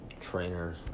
trainer